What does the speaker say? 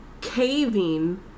caving